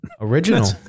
Original